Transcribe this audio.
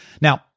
Now